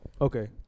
Okay